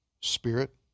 spirit